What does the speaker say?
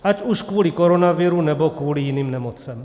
Ať už kvůli koronaviru, nebo kvůli jiným nemocem.